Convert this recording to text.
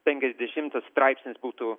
penkiasdešimtas straipsnis būtų